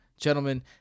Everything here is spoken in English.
gentlemen